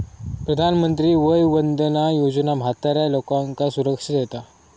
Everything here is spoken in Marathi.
प्रधानमंत्री वय वंदना योजना म्हाताऱ्या लोकांका सुरक्षा देता